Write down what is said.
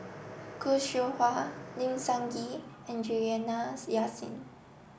Khoo Seow Hwa Lim Sun Gee and Juliana Yasin